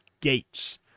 gates